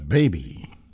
baby